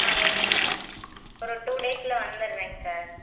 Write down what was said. ஆ ஓகேங்க சார் ஒரு டூ டேஸில் வந்துடுறேங்க சார்